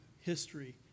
history